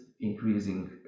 increasing